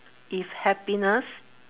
if happiness